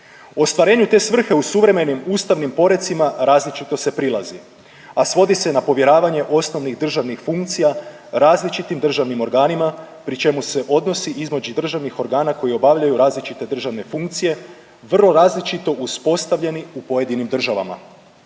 Ostvarenju te svrhe u suvremenim ustavnim porecima različito se prilazi. A svodi se na povjeravanje osnovnih državnih funkcija različitim državnim organima pri čemu se odnosi između državnih organa koji obavljaju različite državne funkcije vrlo različito uspostavljeni u pojedinim državama.